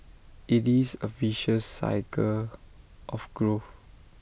IT is A virtuous cycle of growth